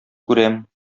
күрәм